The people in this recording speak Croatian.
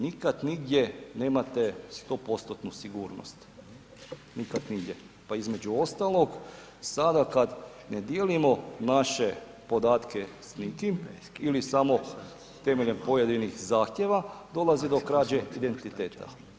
Nikad nigdje nemate 100%-tnu sigurnost, nikad nigdje pa između ostalog sada kada ne dijelimo naše podatke s nikim ili samo temeljem pojedinih zahtjeva, dolazi do krađe identiteta.